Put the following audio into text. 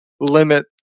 limit